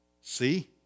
See